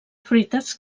fruites